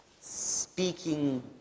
speaking